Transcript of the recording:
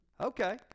Okay